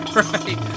right